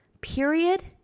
period